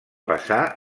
passar